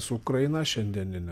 su ukraina šiandienine